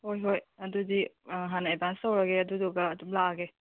ꯍꯣꯏ ꯍꯣꯏ ꯑꯗꯨꯗꯤ ꯑꯥ ꯍꯥꯟꯅ ꯑꯦꯗꯕꯥꯟꯁ ꯇꯧꯔꯒꯦ ꯑꯗꯨꯗꯨꯒ ꯑꯗꯨꯝ ꯂꯥꯛꯑꯒꯦ